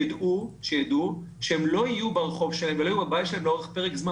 אם יידעו שהם לא יהיו ברחוב שלהם ולא יהיו בבית שלהם למשך פרק זמן